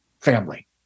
family